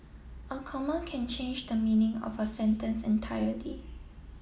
a comma can change the meaning of a sentence entirely